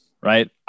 right